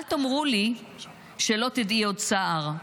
אל תאמרו לי שלא תדעי עוד צער.